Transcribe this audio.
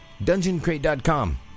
Dungeoncrate.com